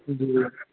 जी